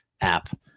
app